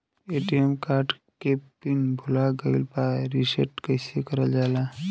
ATM card के pin भूला गइल बा रीसेट कईसे करल जाला?